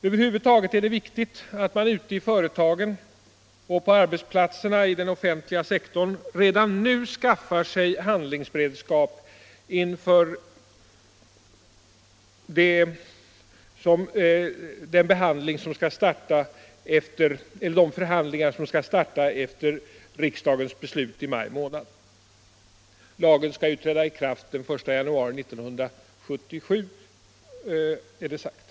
Över huvud taget är det viktigt att man ute i företagen och på arbetsplatserna i den offentliga sektorn redan nu skaffar sig handlingsberedskap inför de förhandlingar som skall starta efter riksdagens beslut i maj månad. Lagen skall ju träda i kraft den 1 januari 1977 är det sagt.